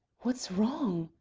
what's wrong?